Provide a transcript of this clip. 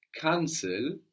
Cancel